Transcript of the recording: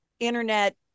internet